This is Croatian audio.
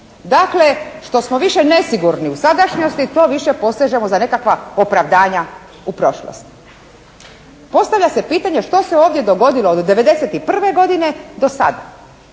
Dakle što smo više nesigurni u sadašnjosti to više posežemo za nekakva opravdanja u prošlosti. Postavlja se pitanje što se ovdje dogodilo od 91. godine do sada,